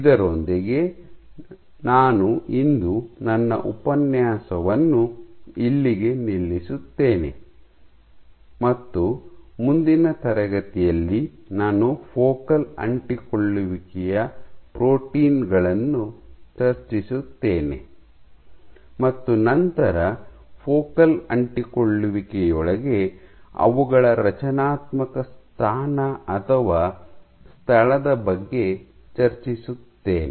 ಇದರೊಂದಿಗೆ ನಾನು ಇಂದು ನನ್ನ ಉಪನ್ಯಾಸವನ್ನು ಇಲ್ಲಿಗೆ ನಿಲ್ಲಿಸುತ್ತೇನೆ ಮತ್ತು ಮುಂದಿನ ತರಗತಿಯಲ್ಲಿ ನಾನು ಫೋಕಲ್ ಅಂಟಿಕೊಳ್ಳುವಿಕೆಯ ಪ್ರೋಟೀನ್ ಗಳನ್ನು ಚರ್ಚಿಸುತ್ತೇನೆ ಮತ್ತು ನಂತರ ಫೋಕಲ್ ಅಂಟಿಕೊಳ್ಳುವಿಕೆಯೊಳಗೆ ಅವುಗಳ ರಚನಾತ್ಮಕ ಸ್ಥಾನ ಅಥವಾ ಸ್ಥಳದ ಬಗ್ಗೆ ಚರ್ಚಿಸುತ್ತೇನೆ